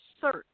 search